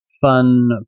fun